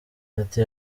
ati